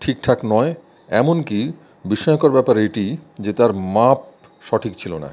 ঠিকঠাক নয় এমনকি বিস্ময়কর ব্যাপার এটি যে তার মাপ সঠিক ছিলনা